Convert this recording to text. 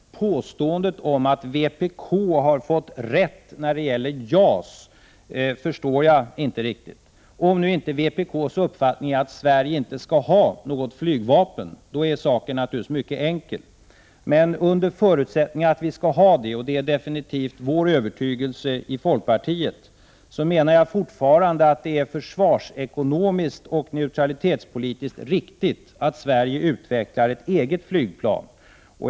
ZIG, oo förstår påståendet om att vpk har fått rätt när det gäller JAS — såvida inte vpk:s uppfattning är att Sverige inte skall ha något flygvapen; då är saken naturligtvis mycket enkel. Under förutsättning att vi skall ha det, och det är definitivt vår övertygelse i folkpartiet, menar jag fortfarande att det är försvarsekonomiskt och neutralitetspolitiskt riktigt att Sverige utvecklar ett eget flygplan.